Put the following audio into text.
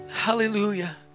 hallelujah